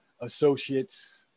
associates